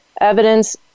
evidence